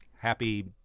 happy